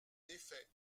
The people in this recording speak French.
effet